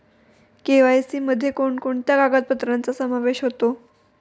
KYC मध्ये कोणकोणत्या कागदपत्रांचा समावेश होतो?